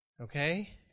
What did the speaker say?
Okay